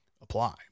apply